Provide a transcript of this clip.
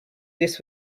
this